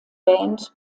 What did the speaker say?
band